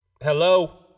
hello